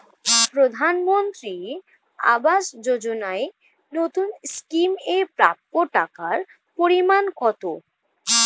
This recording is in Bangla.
প্রধানমন্ত্রী আবাস যোজনায় নতুন স্কিম এর প্রাপ্য টাকার পরিমান কত?